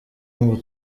ngo